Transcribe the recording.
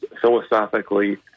philosophically